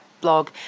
blog